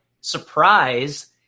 surprise